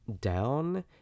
down